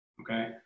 okay